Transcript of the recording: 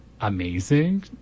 amazing